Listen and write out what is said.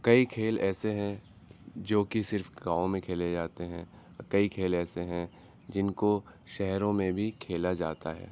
کئی کھیل ایسے ہیں جو کہ صرف گاؤں میں کھیلے جاتے ہیں اور کئی کھیل ایسے ہیں جن کو شہروں میں بھی کھیلا جاتا ہے